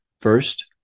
First